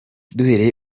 duhereye